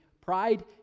Pride